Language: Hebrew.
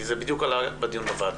כי זה בדיוק עלה בדיון בוועדה.